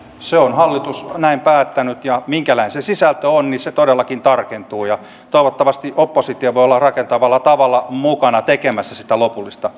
näin on hallitus päättänyt ja minkälainen sisältö on se todellakin tarkentuu toivottavasti oppositio voi olla rakentavalla tavalla mukana tekemässä sitä lopullista